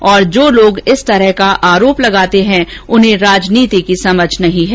और जो लोग इस तरह का आरोप लगाते हैं उन्हें राजनीति की समझ नहीं है